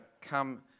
come